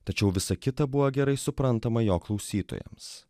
tačiau visa kita buvo gerai suprantama jo klausytojams